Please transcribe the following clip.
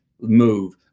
move